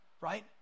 right